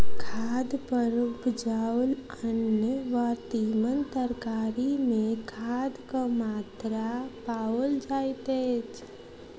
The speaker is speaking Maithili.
खाद पर उपजाओल अन्न वा तीमन तरकारी मे खादक मात्रा पाओल जाइत अछि